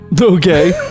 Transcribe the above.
Okay